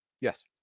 Yes